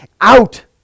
out